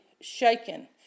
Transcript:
shaken